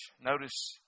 Notice